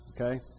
Okay